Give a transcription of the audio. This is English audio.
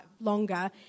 longer